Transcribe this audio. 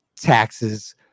taxes